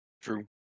True